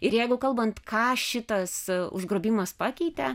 ir jeigu kalbant ką šitas užgrobimas pakeitė